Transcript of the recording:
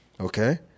Okay